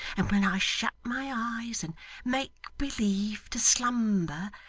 and when i shut my eyes and make-believe to slumber,